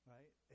Right